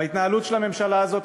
וההתנהלות של הממשלה הזאת,